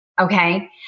Okay